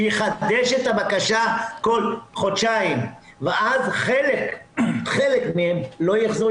יחדש את הבקשה כל חודשיים ואז חלק מהם לא יחזרו,